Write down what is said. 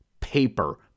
paper